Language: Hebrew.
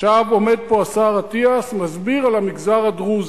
עכשיו, עומד פה השר אטיאס, מסביר על המגזר הדרוזי.